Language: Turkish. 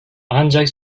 ancak